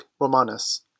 Romanus